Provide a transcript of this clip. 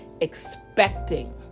expecting